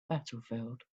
battlefield